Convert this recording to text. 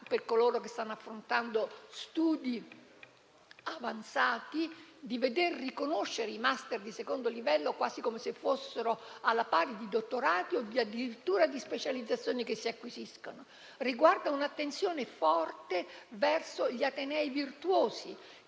per coloro che stanno affrontando studi avanzati, di veder riconoscere i *master* di secondo livello quasi come se fossero alla pari di dottorati o addirittura specializzazioni che si acquisiscono; riserva un'attenzione forte verso gli atenei virtuosi,